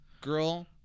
Girl